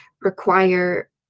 require